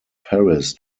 paris